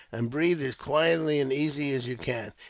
and breathe as quietly and easily as you can.